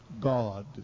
God